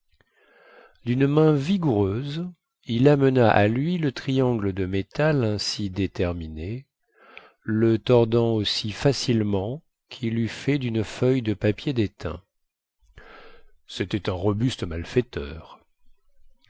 dune main vigoureuse il amena à lui le triangle de métal ainsi déterminé le tordant aussi facilement quil eût fait dune feuille de papier détain